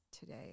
today